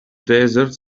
desert